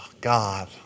God